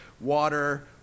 water